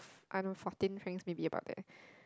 I don't fourteen francs maybe about that